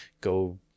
go